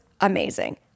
amazing